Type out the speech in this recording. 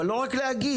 אבל לא רק להגיד.